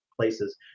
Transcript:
places